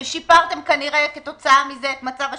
ושיפרתם כנראה כתוצאה מזה את מצב השוק,